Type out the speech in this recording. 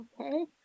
Okay